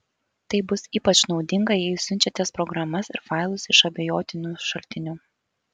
tai bus ypač naudinga jei siunčiatės programas ir failus iš abejotinų šaltinių